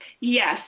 Yes